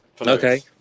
Okay